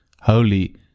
holy